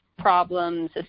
Problems